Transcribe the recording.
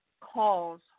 Calls